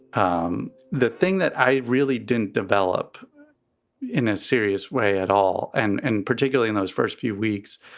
um the thing that i really didn't develop in a serious way at all, and and particularly in those first few weeks,